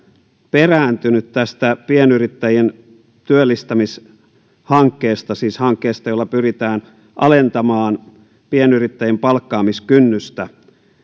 perääntynyt pienyrittäjien työllistämishankkeesta siis hankkeesta jolla pyritään alentamaan pienyrittäjien palkkaamiskynnystä